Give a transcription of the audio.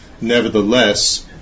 nevertheless